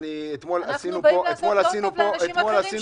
אנחנו באים לעשות גם טוב לאנשים אחרים.